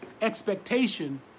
expectation